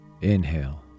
inhale